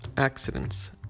Accidents